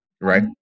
right